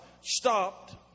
stopped